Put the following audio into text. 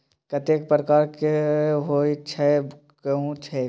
कतेक प्रकारक कर होइत छै कहु तए